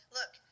Look